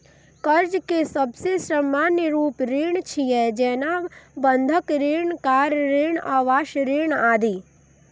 कर्ज के सबसं सामान्य रूप ऋण छियै, जेना बंधक ऋण, कार ऋण, आवास ऋण आदि